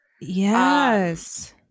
Yes